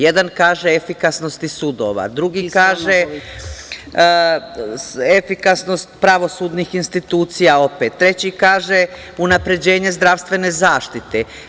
Jedan kaže – efikasnosti sudova, drugi kaže – efikasnost pravosudnih institucija opet, treći kaže – unapređenje zdravstvene zaštite.